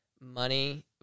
money